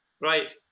Right